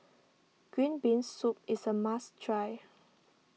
Green Bean Soup is a must try